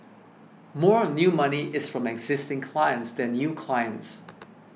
more of new money is from existing clients than new clients